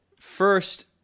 First